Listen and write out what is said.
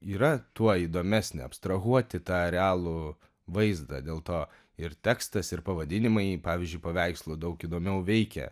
yra tuo įdomesnė abstrahuoti tą realų vaizdą dėl to ir tekstas ir pavadinimai pavyzdžiui paveikslo daug įdomiau veikia